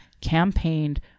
campaigned